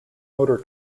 motor